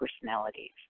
personalities